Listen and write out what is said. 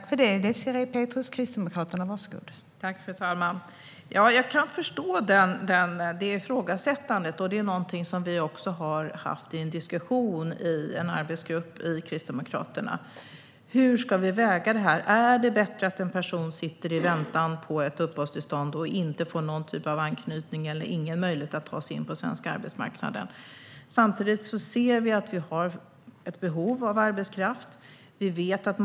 Fru talman! Jag kan förstå det ifrågasättandet. Vi har också diskuterat det i en arbetsgrupp från Kristdemokraterna. Hur ska vi väga det här? Är det bättre att en person sitter i väntan på ett uppehållstillstånd och inte får någon typ av anknytning eller någon möjlighet att ta sig in på den svenska arbetsmarknaden? Samtidigt finns det ett behov av arbetskraft.